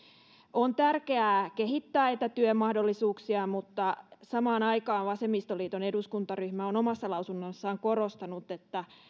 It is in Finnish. on tärkeää kehittää etätyömahdollisuuksia mutta samaan aikaan vasemmistoliiton eduskuntaryhmä on omassa lausunnossaan korostanut että